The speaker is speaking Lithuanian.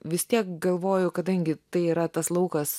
vis tiek galvoju kadangi tai yra tas laukas